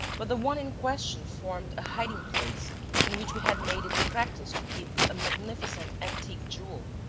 but the one in question formed a hiding-place in which we had made it a practice to keep a magnificent antique jewel,